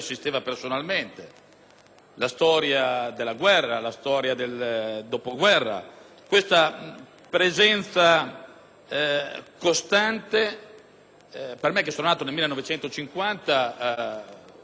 la storia della guerra e quella del dopoguerra. Una presenza costante, per me che sono nato nel 1950, di una persona che già